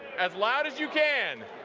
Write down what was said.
as loud as you can!